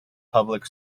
public